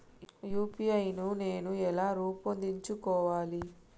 UPI నేను ఎలా రూపొందించుకోవాలి?